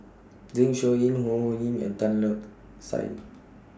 Zeng Shouyin Ho Ho Ying and Tan Lark Sye